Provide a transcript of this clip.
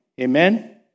Amen